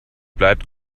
bleibt